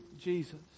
Jesus